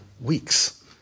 weeks